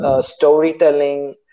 Storytelling